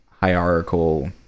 hierarchical